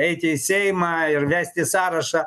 eiti į seimą ir vesti sąrašą